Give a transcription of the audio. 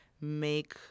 make